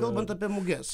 kalbant apie muges